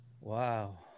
Wow